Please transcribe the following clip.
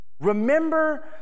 Remember